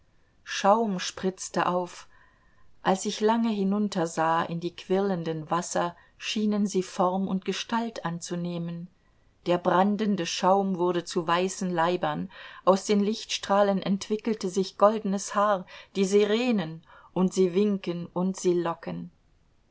schaum spritzte auf als ich lange hinuntersah in die quirlenden wasser schienen sie form und gestalt anzunehmen der brandende schaum wurde zu weißen leibern aus den lichtstrahlen entwickelte sich goldenes haar die sirenen und sie winken und sie locken